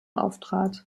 auftrat